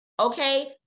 okay